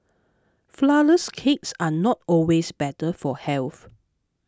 Flourless Cakes are not always better for health